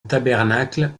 tabernacle